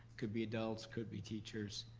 could be adults could be teachers.